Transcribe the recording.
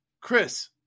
Chris –